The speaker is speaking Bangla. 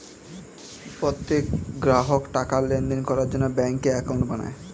প্রত্যেক গ্রাহক টাকার লেনদেন করার জন্য ব্যাঙ্কে অ্যাকাউন্ট বানায়